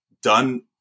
done